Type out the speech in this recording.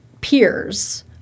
peers